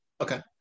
Okay